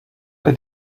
they